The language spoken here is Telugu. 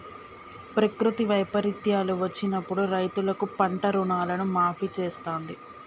ప్రకృతి వైపరీత్యాలు వచ్చినప్పుడు రైతులకు పంట రుణాలను మాఫీ చేస్తాంది